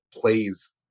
plays